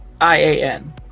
I-A-N